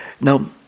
Now